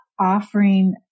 offering